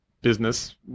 business